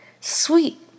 Sweet